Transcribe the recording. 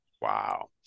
wow